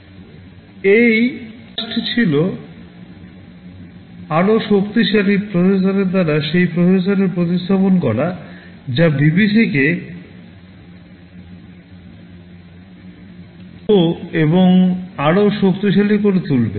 এই প্রথম প্রয়াসটি ছিল আরও শক্তিশালী প্রসেসরের দ্বারা সেই প্রসেসরের প্রতিস্থাপন করা যা BBC মাইক্রোকে আরও দ্রুত এবং আরও শক্তিশালী করে তুলবে